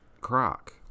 croc